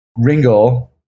Ringel